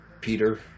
Peter